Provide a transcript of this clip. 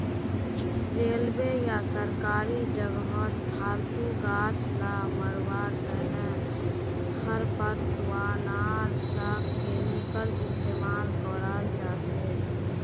railway या सरकारी जगहत फालतू गाछ ला मरवार तने खरपतवारनाशक केमिकल इस्तेमाल कराल जाछेक